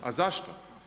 A zašto?